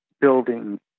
building